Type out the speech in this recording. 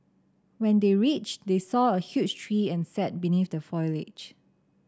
when they reached they saw a huge tree and sat beneath the foliage